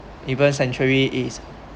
even sanctuary is